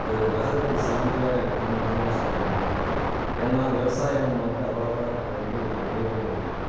ஒரு நகரத்தை சார்ந்து தான் இருக்குதுன்னு நான் தான் சொல்லணுங்க ஏன்னால் விவசாயம் வந்து அவ்வளோவா இப்போது வந்து நடைபெறுவதில்லை